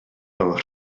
fel